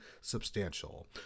substantial